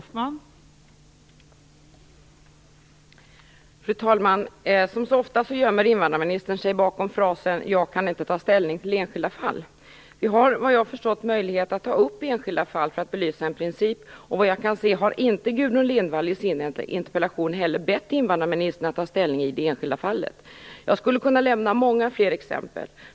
Fru talman! Som så ofta gömmer sig invandrarministern bakom frasen "Jag kan inte ta ställning i enskilda fall". Vi har, efter vad jag har förstått, möjlighet att ta upp enskilda fall för att belysa en princip, och såvitt jag kan se har inte Gudrun Lindvall i sin interpellation bett invandrarministern att ta ställning i det enskilda fallet. Jag skulle kunna lämna många fler exempel.